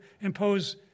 impose